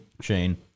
Shane